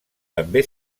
també